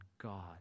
God